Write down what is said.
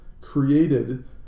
created